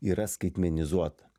yra skaitmenizuota